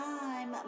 time